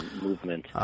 movement